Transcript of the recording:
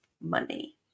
money